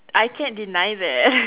I can't deny that